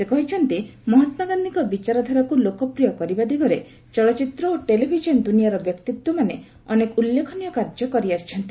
ସେ କହିଛନ୍ତି ମହାତ୍ମା ଗାନ୍ଧୀଙ୍କ ବିଚାରଧାରାକୁ ଲୋକପ୍ରିୟ କରିବା ଦିଗରେ ଚଳଚ୍ଚିତ୍ର ଓ ଟେଲିଭିଜନ ଦୁନିଆର ବ୍ୟକ୍ତିତ୍ୱମାନେ ଅନେକ ଉଲ୍ଲେଖନୀୟ କାର୍ଯ୍ୟ କରିଆସିଛନ୍ତି